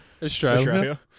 Australia